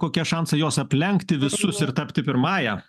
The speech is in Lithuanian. kokie šansai juos aplenkti visus ir tapti pirmąja